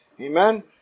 amen